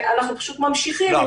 אנחנו פשוט ממשיכים.